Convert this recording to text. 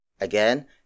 Again